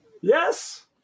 Yes